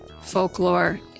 folklore